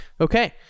Okay